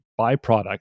byproduct